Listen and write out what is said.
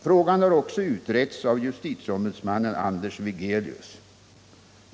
Frågan har också utretts av justitieombudsmannen Anders Wigelius.